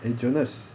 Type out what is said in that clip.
eh jonas